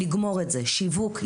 שיווק,